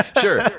sure